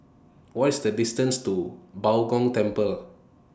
What IS The distance to Bao Gong Temple